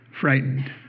frightened